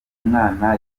mwana